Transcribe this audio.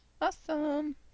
Awesome